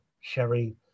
Sherry